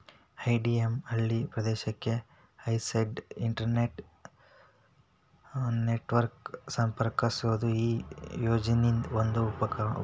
DIM ಹಳ್ಳಿ ಪ್ರದೇಶಕ್ಕೆ high speed internet network ಗ ಸಂಪರ್ಕಿಸೋದು ಈ ಯೋಜನಿದ್ ಒಂದು ಉಪಕ್ರಮ